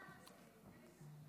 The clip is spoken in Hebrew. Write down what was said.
חבר הכנסת גלנט,